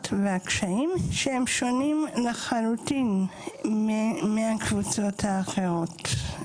והקשיים שהם שונים לחלוטין מהקבוצות האחרות.